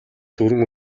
дөрвөн